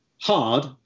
hard